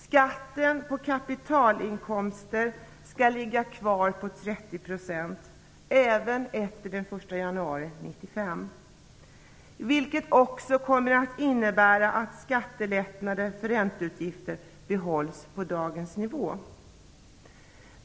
Skatten på kapitalinkomster skall ligga kvar på 30 % även efter den 1 januari 1995, vilket också kommer att innebära att skattelättnaden för ränteutgifter behålls på dagens nivå.